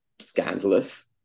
scandalous